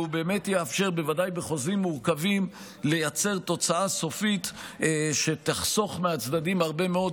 והוא באמת יאפשר לייצר תוצאה סופית שתחסוך מהצדדים הרבה מאוד,